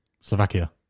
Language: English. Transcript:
Slovakia